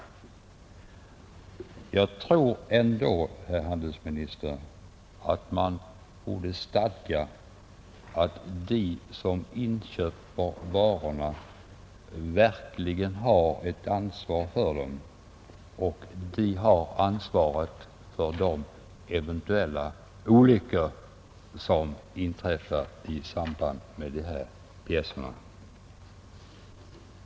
Men jag tror ändå, herr handelsminister, att man borde stadga att de som inköper varorna verkligen har ett ansvar för dem och att de har ansvaret för de olyckor som eventuellt inträffar i samband med dessa pjäser.